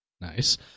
Nice